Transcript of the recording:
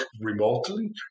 remotely